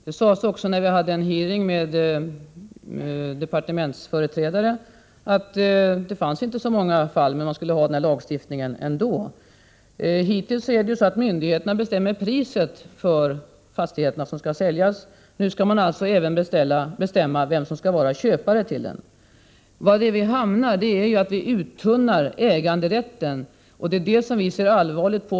Det sades också när utskottet hade en hearing med departementsföreträdare att det inte förekommer så många fall men att denna lagstiftning ändå behövs. Hittills har myndigheterna bestämt priset på de fastigheter som skall säljas, och nu skall de alltså även bestämma vilka som skall vara köpare till dem. Därmed kommer äganderätten att uttunnas, och det ser vi från moderat sida allvarligt på.